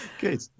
Good